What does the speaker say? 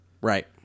Right